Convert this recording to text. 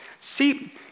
See